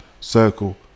Circle